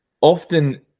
often